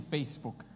Facebook